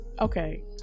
Okay